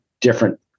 different